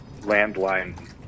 landline